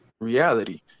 reality